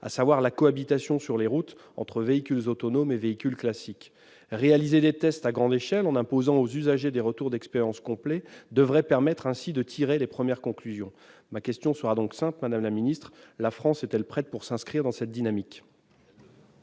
de la cohabitation, sur les routes, des véhicules autonomes et des véhicules classiques. Réaliser des tests à grande échelle en imposant aux usagers de produire des retours d'expérience complets devrait permettre de tirer les premières conclusions. Ma question est donc simple, madame la ministre : la France est-elle prête à s'inscrire dans cette dynamique ?